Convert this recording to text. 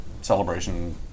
celebration